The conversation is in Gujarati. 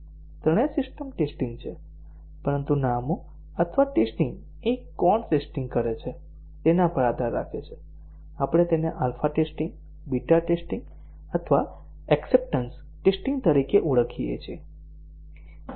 ત્રણેય સિસ્ટમ ટેસ્ટીંગ છે પરંતુ નામો અથવા ટેસ્ટીંગ એ કોણ ટેસ્ટીંગ કરે છે તેના પર આધાર રાખે છે આપણે તેને આલ્ફા ટેસ્ટીંગ બીટા ટેસ્ટીંગ અથવા એક્ષપ્ટન્સ ટેસ્ટીંગ તરીકે ઓળખીએ છીએ